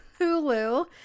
Hulu